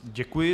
Děkuji.